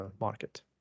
market